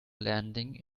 landing